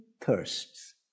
thirsts